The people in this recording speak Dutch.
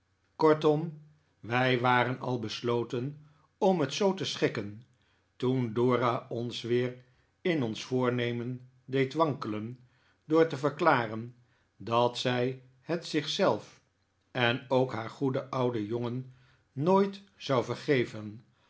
kortom wij waren al besloten om het zoo te schikken toen dora ens weer in ons voornemen deed wankelen door te verklaren dat zij het zich zelf en ook haar goeden ouden jongen npoit zou vergeven